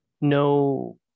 no